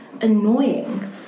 annoying